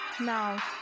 Now